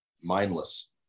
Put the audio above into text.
mindless